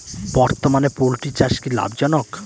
বর্তমানে পোলট্রি চাষ কি লাভজনক?